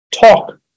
talk